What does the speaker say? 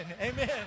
Amen